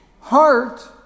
heart